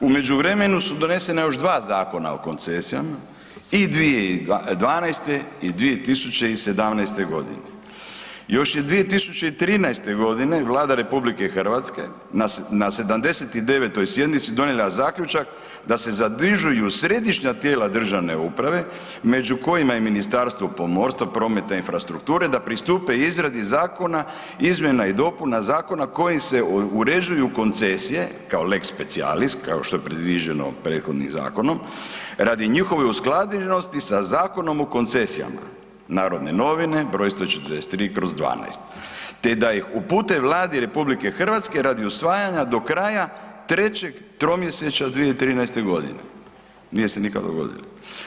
U međuvremenu su donesena još 2 Zakona o koncesijama i 2012. i 2017. g. Još je 2013. g. Vlada RH na 79. sjednici donijela zaključak da se ... središnja tijela državne uprave, među kojima je i Ministarstvo pomorstva, prometa i infrastrukture, da pristupe izradi zakona izmjena i dopuna zakona kojim se uređuju koncesije kao lex specialis, kao što je predviđeno prethodnim zakonom, radi njihove usklađenosti sa Zakonom o koncesijama, Narodne novine br. 143/12 te da ih upute Vlade RH radi usvajanja do kraja 3. tromjesečja 2013. g. Nije se nikada dogodilo.